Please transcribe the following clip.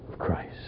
Christ